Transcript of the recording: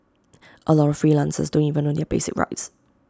A lot of freelancers don't even know their basic rights